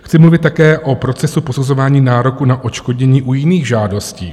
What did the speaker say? Chci mluvit také o procesu posuzování nároku na odškodnění u jiných žádostí.